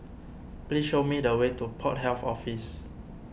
please show me the way to Port Health Office